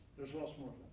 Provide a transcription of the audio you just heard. there's lots more.